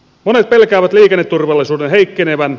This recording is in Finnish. monet pelkäävät liikenneturvallisuuden heikkenevän